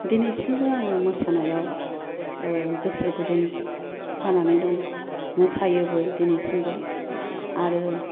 दिनैसिमबो आङो मोसानायाव गोसो गुदुं जानानै दं मोसायोबो दिनैसिमबो आरो